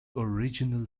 original